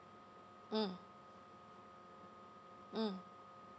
mm mm